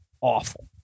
awful